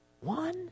One